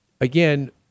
again